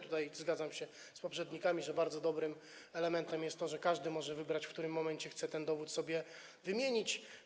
Tutaj zgadzam się z poprzednikami, że bardzo dobrym elementem jest to, że każdy może wybrać, w którym momencie chce ten dowód sobie wymienić.